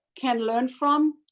can learn from,